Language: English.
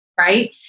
right